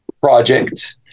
project